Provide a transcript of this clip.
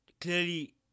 clearly